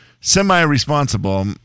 semi-responsible